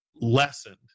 lessened